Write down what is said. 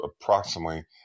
approximately